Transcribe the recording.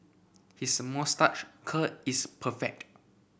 his moustache curl is perfect